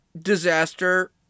disaster